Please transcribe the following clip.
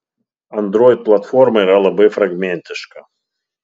android platforma yra labai fragmentiška